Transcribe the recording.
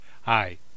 hi